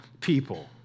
people